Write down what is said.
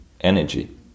energy